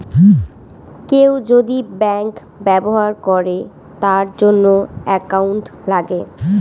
কেউ যদি ব্যাঙ্ক ব্যবহার করে তার জন্য একাউন্ট লাগে